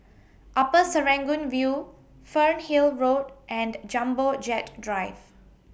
Upper Serangoon View Fernhill Road and Jumbo Jet Drive